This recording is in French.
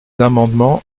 amendements